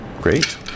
great